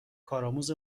کارآموز